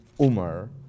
Umar